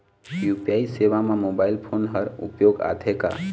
UPI सेवा म mobile phone हर उपयोग आथे का?